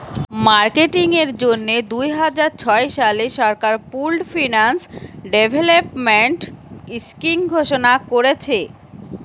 marketing এর জন্যে দুইহাজার ছয় সালে সরকার পুল্ড ফিন্যান্স ডেভেলপমেন্ট স্কিং ঘোষণা কোরেছে